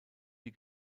die